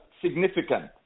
significant